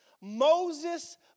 Moses